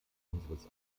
unseres